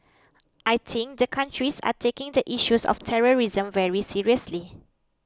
I think the countries are taking the issues of terrorism very seriously